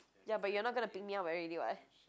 ya but you're not gonna pick me up already [what]